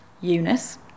Eunice